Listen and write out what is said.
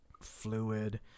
fluid